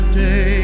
day